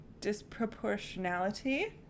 disproportionality